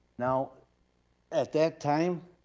now at that time,